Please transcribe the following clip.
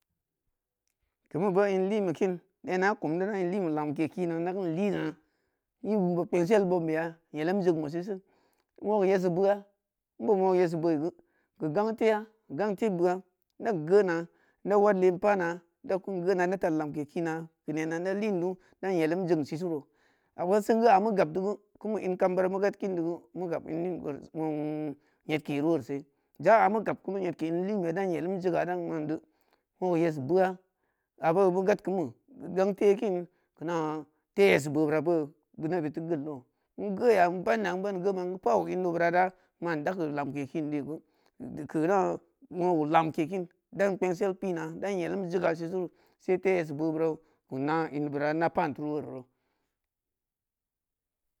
Kin beu boo in lin be kin nena in kum i daran in linbe lamke kina ida kein lina kpengsel bobbeya yelem jekmeu sisu woogeu yesi boa nboob woogeu boo’i geu gangte bo’a i dan geu na ida wad lem pana i daukin geuna ida ta lamke kina keu nena ida lindo dan yelem jeknsiseiro ama sengeu a meu gad kindi geu meu gab in ning wori wong yedkeru worise ja a meu gab kunu yedke inlimbeya a dan yelim jega dan mandi woogeu yesi boa a boo beu gad kein beu gangte kin keuna the yesi boo beura boo nebeud teu geul you in geuya in banna in banni geun be in pau in o beura da man dakeu lamke kin di’i geu deu keu na woogeu lamke kin dan kpengsel pina dan yelem je ka sisu se the yesi boo beura keu ina in beura in da pan turu worira